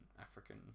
African